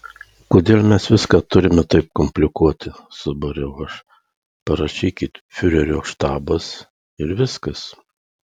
kodėl mes viską turime taip komplikuoti subariau aš parašykit fiurerio štabas ir viskas